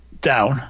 down